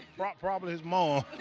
probably his mom.